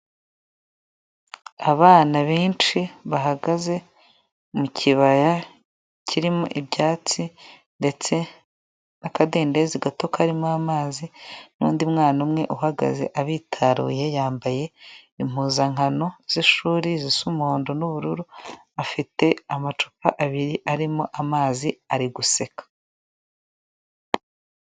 Abana benshi bahagaze mu kibaya kirimo ibyatsi ndetse n'akadendezi gato karimo amazi n'undi mwana umwe uhagaze abitaruye yambaye impuzankano z'ishuri zisa umuhondo n'ubururu afite amacupa abiri arimo amazi ari guseka.